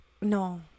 No